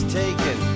taken